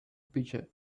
pitcher